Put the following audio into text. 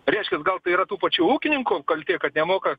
reiškias gal tai yra tų pačių ūkininkų kaltė kad nemoka